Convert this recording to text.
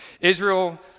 Israel